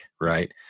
right